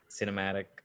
cinematic